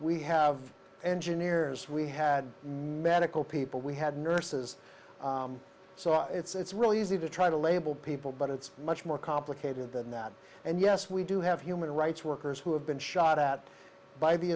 we have engineers we had medical people we had nurses so it's really easy to try to label people but it's much more complicated than that and yes we do have human rights workers who have been shot at by the